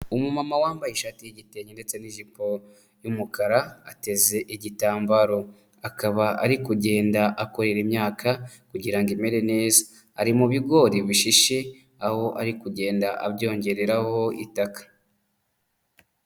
Umuma wambaye ishati y'igitenge ndetse n'ijipo y'umukara, ateze igitambaro, akaba ari kugenda akorera imyaka kugira ngo imere neza, ari mu bigori bishishe, aho ari kugenda abyongereho itaka.